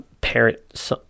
parent